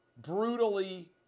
brutally